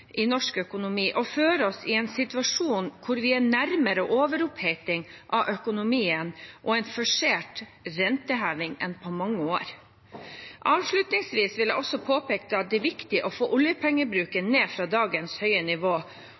i norsk økonomi og fører oss inn i en situasjon hvor vi er nærmere overoppheting av økonomien og en forsert renteheving enn på mange år. Avslutningsvis vil jeg også påpeke at det er viktig å få oljepengebruken ned fra dagens høye nivå,